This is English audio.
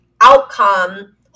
outcome